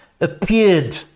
appeared